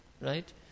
Right